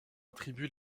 attribue